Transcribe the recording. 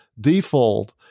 default